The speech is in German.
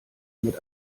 mit